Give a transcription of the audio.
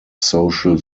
social